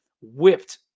whipped